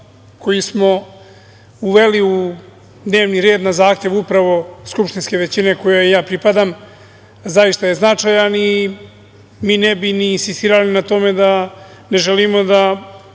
koji smo uveli u dnevni red na zahtev upravo skupštinske većine kojoj pripadam zaista je značajan i mi ne bi ni insistirali na tome da ne želimo da